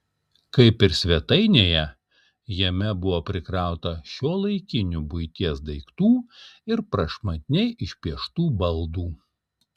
kaip ir svetainėje jame buvo prikrauta šiuolaikinių buities daiktų ir prašmatniai išpieštų baldų